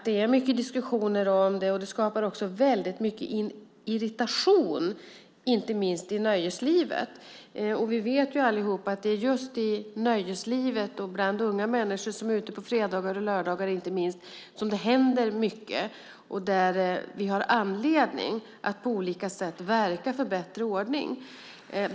Det förs mycket diskussioner om det. Det skapar också väldigt mycket irritation, inte minst i nöjeslivet. Vi vet allihop att det är just i nöjeslivet, och inte minst bland unga människor som är ute på fredagar och lördagar, som det händer mycket. Där har vi anledning att på olika sätt verka för bättre ordning.